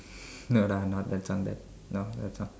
no lah not that song not that song